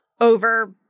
over